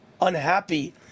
unhappy